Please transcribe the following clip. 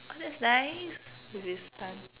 oh that's nice with his son